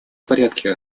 порядке